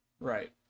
right